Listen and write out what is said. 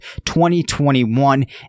2021